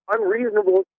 unreasonable